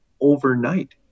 overnight